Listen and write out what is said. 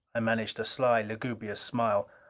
i managed a sly, lugubrious smile.